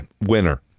winner